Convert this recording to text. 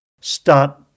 start